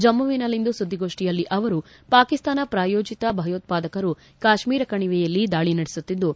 ಜಮ್ಮವಿನಲ್ಲಿಂದು ಸುದ್ದಿಗೋಷ್ನಿಯಲ್ಲಿ ಅವರು ಪಾಕಿಸ್ತಾನ ಪ್ರಾಯೋಜಿತ ಭಯೋತ್ವಾದಕರು ಕಾಶ್ತೀರ ಕಣಿವೆಯಲ್ಲಿ ದಾಳಿ ನಡೆಸುತ್ತಿದ್ದು